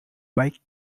bike